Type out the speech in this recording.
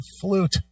flute